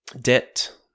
debt